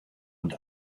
und